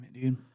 dude